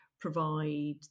provide